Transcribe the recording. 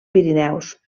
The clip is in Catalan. pirineus